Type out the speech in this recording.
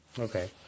Okay